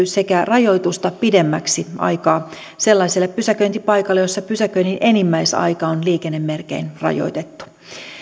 sekä rajoitusta pidemmäksi aikaa sellaiselle pysäköintipaikalle jolla pysäköinnin enimmäisaikaa on liikennemerkein rajoitettu